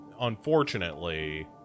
unfortunately